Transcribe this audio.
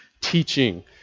teaching